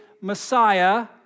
Messiah